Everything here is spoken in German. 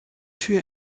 tür